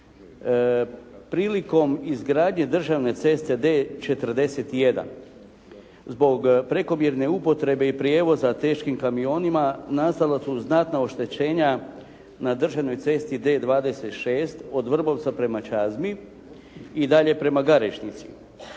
Prilikom izgradnje državne ceste D41 zbog prekomjerne upotrebe i prijevoza teškim kamionima nastala su znatna oštećenja na državnoj cesti D26 od Vrbovca prema Čazmi i dalje prema Garešnici.